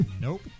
Nope